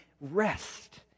rest